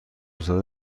استفاده